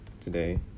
today